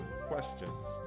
questions